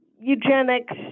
eugenics